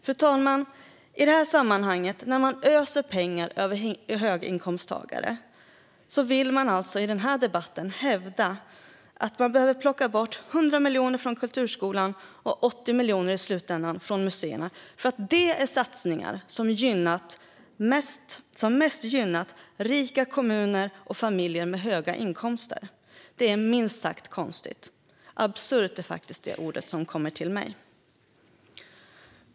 Fru talman! Samtidigt som man öser pengar över höginkomsttagarna försöker man i denna debatt hävda att man behöver plocka bort 100 miljoner från kulturskolan och i slutändan 80 miljoner från museerna för att det är satsningar som mest gynnat rika kommuner och familjer med höga inkomster. Detta är minst sagt konstigt. Absurt är det ord som kommer till mig.